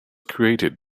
created